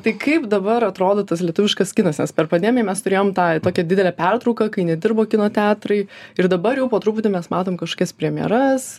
tai kaip dabar atrodo tas lietuviškas kinas nes per pandemiją mes turėjom tą tokią didelę pertrauką kai nedirbo kino teatrai ir dabar jau po truputį mes matom kažkokias premjeras